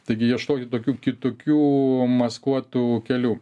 taigi ieškoti tokių kitokių maskuotų kelių